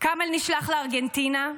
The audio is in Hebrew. כאמל נשלח לארגנטינה,